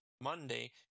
Monday